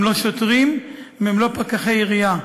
הם לא שוטרים והם לא פקחי עירייה.